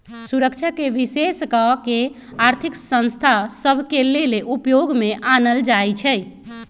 सुरक्षाके विशेष कऽ के आर्थिक संस्था सभ के लेले उपयोग में आनल जाइ छइ